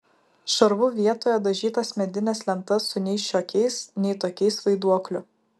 šarvu vietoje dažytas medines lentas su nei šiokiais nei tokiais vaiduokliu